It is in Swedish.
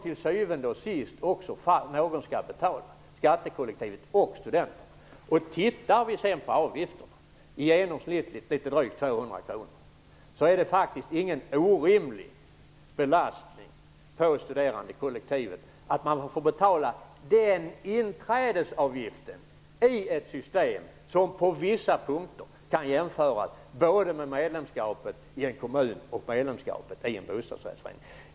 Till syvende och sist är det skattekollektivet och studenterna som betalar. Avgifterna är i genomsnitt drygt 200 kr. Det är ingen orimlig belastning på studerandekollektivet att få betala den inträdesavgift i ett system som på vissa punkter kan jämföras med medlemskapet i en kommun och medlemskapet i en bostadsrättsförening.